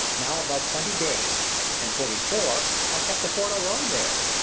now above twenty days and for before, i kept the fort alone there.